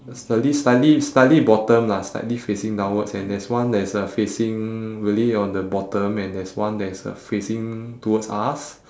slightly slightly slightly bottom lah slightly facing downwards and there's one that is uh facing really on the bottom and there's one that is uh facing towards us